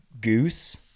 Goose